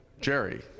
Jerry